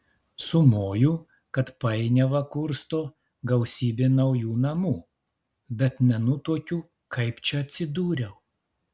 sumoju kad painiavą kursto gausybė naujų namų bet nenutuokiu kaip čia atsidūriau